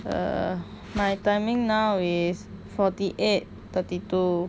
err my timing now is forty eight thirty two